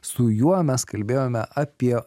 su juo mes kalbėjome apie